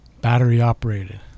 Battery-operated